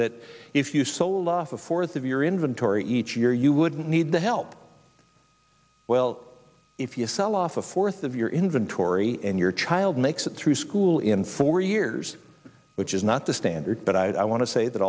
that if you sold off a fourth of your inventory each year you wouldn't need the help well if you sell off a fourth of your inventory and your child makes it through school in four years which is not the standard but i want to say that